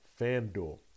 FanDuel